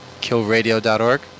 killradio.org